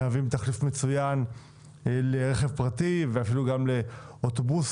מהווים תחליף מצוין לרכב פרטי ואפילו גם לאוטובוסים,